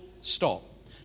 stop